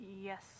Yes